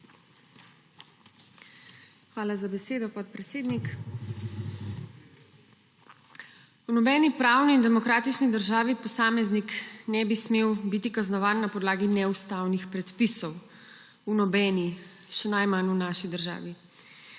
Hvala za besedo, podpredsednik. V nobeni pravni demokratični državi posameznik ne bi smel biti kaznovan na podlagi neustavnih predpisov. V nobeni, še najmanj v naši državi.